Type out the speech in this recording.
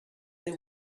they